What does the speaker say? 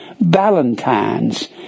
Valentine's